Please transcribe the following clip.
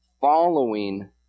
following